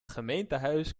gemeentehuis